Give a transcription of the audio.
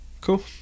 cool